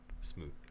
Smooth